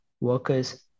workers